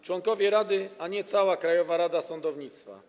Członkowie rady, a nie cała Krajowa Rada Sądownictwa.